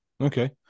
Okay